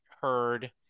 heard